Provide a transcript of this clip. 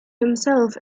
himself